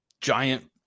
giant